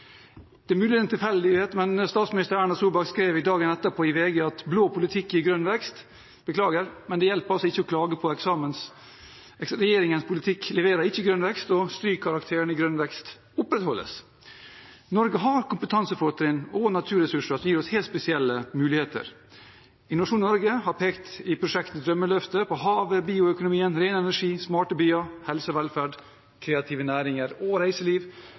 Det er mulig at det er en tilfeldighet, men statsminister Erna Solberg skrev dagen etterpå i VG at «blå politikk gir grønn vekst». Beklager, men det hjelper ikke å klage på eksamensresultatet. Regjeringens politikk leverer ikke grønn vekst, og strykkarakteren i «grønn vekst» opprettholdes. Norge har kompetansefortrinn og naturressurser som gir oss helt spesielle muligheter. Innovasjon Norge har i prosjektet Drømmeløftet pekt på havet, bioøkonomi, ren energi, smarte byer, helse og velferd, kreative næringer og reiseliv.